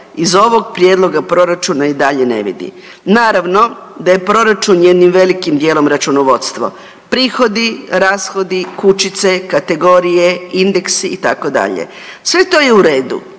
iz ovog prijedlog proračuna i dalje ne vidi. Naravno da je proračun jednim velikim dijelom računovodstvo, prihodi, rashodi, kućice, kategorije, indeksi itd., sve to je u redu.